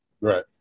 Right